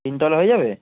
তিনটে হলে হয়ে যাবে